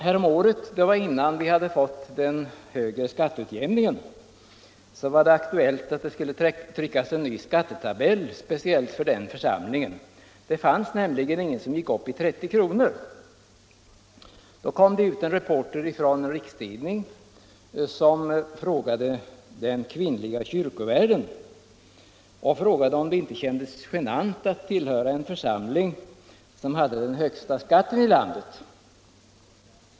Häromåret — det var innan vi hade fått den högre skatteutjämningen —- var det aktuellt att det skulle tryckas en ny skattetabell speciellt för den församlingen. Det fanns nämligen ingen som gick upp i 30 kr. En reporter från en rikstidning frågade den kvinnliga kyrkvärden om det inte kändes genant att tillhöra en församling som hade den högsta skatten i landet.